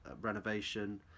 renovation